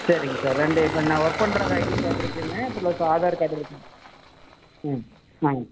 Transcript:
சரிங்க சார் ரெண்டு இப்போ நான் ஒர்க் பண்ற ஐடி கார்ட் இருக்குதுங்க பிளஸ் ஆதார் கார்டு இருக்கணும் ம் ம்